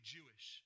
Jewish